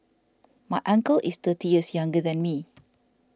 my uncle is thirty years younger than me